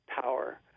power